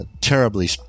terribly